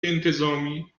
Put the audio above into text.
انتظامی